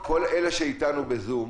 אלה שנמצאים איתנו ב-zoom